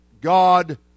God